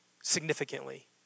significantly